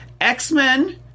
X-Men